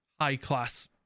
high-class